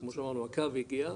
כמו שאמרנו הקו הגיע,